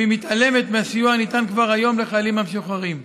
והן מתעלמות מהסיוע הניתן כבר היום לחיילים המשוחררים.